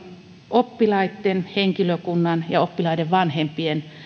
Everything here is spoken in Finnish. oppilaitten henkilökunnan ja oppilaiden vanhempien